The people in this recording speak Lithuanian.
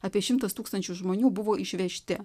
apie šimtas tūkstančių žmonių buvo išvežti